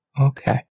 Okay